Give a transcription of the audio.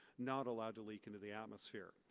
not allowed to leak into the atmosphere.